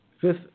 Fifth